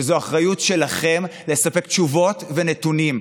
שזו אחריות שלכם לספק תשובות ונתונים.